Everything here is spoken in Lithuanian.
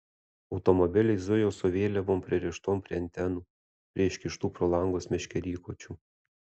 automobiliai zujo su vėliavom pririštom prie antenų prie iškištų pro langus meškerykočių